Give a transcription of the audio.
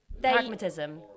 pragmatism